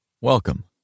Welcome